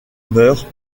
meurt